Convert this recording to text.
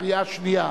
בקריאה שנייה.